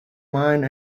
mine